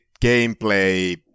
gameplay